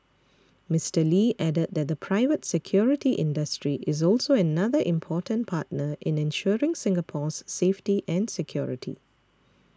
Mister Lee added that the private security industry is also another important partner in ensuring Singapore's safety and security